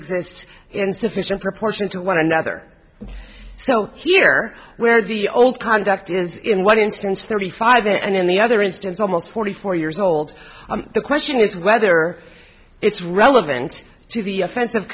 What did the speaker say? exist in sufficient proportion to one another so here where the old conduct is in one instance thirty five and in the other instance almost forty four years old the question is whether it's relevant to the offens